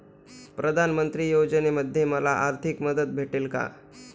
प्रधानमंत्री योजनेमध्ये मला आर्थिक मदत भेटेल का?